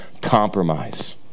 compromise